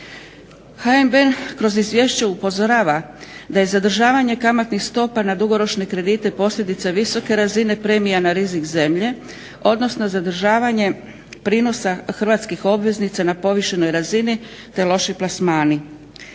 HNB kroz izvješće upozorava da je zadržavanje kamatnih stopa na dugoročne kredite posljedica visoke razine premija na rizik zemlje odnosno zadržavanje prinosa hrvatskih obveznica na povišenoj razini te loši plasmani.